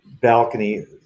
balcony